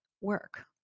work